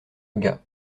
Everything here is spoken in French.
gars